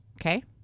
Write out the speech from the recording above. Okay